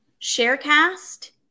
ShareCast